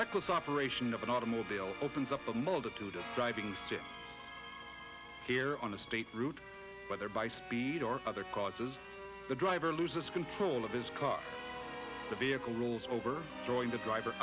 reckless operation of an automobile opens up a multitude of driving states here on a state route whether by speed or other causes the driver loses control of his car the vehicle rolls over throwing the driver